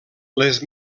les